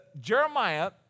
Jeremiah